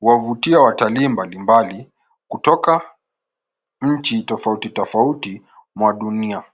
huwavutia watalii mbalimbali kutoka nchi tofauti tofauti mwa dunia.